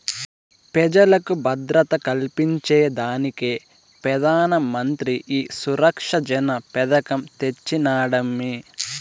పెజలకు భద్రత కల్పించేదానికే పెదానమంత్రి ఈ సురక్ష జన పెదకం తెచ్చినాడమ్మీ